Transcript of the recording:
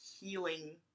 healing